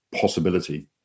possibility